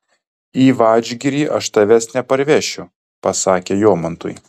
į vadžgirį aš tavęs neparvešiu pasakė jomantui